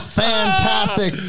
fantastic